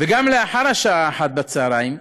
וגם לאחר השעה 13:00,